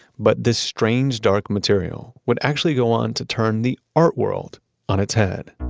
but this strange dark material would actually go on to turn the art world on its head